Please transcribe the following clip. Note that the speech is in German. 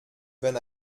wenn